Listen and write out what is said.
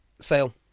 Sale